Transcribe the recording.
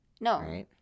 No